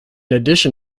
addition